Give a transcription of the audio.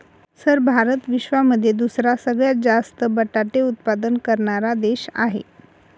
sir Bharat विश्वामध्ये दुसरा सगळ्यात जास्त बटाटे उत्पादन करणारा देश आहे